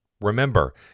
Remember